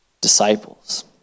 disciples